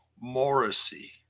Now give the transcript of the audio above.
Morrissey